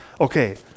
okay